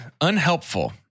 Unhelpful